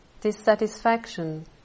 dissatisfaction